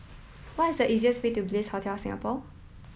what is the easiest way to Bliss Hotel Singapore